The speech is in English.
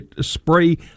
spray